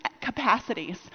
capacities